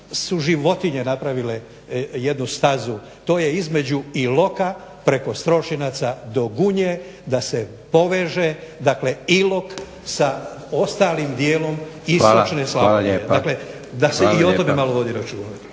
su životinje napravile jednu stazu, to je između Iloka preko Strošinaca do Gunje da se poveže dakle Ilok sa ostalim dijelom istočne Slavonije … /upadica: Hvala lijepa./